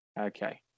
okay